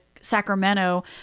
Sacramento